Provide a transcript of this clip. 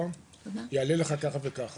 יעלה לך כך וכך.